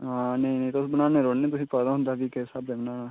नेईं नेईं तुस बनांदे रौह्ने तुसें ई पता होंदा भी कि'स स्हाबै बनाना